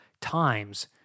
times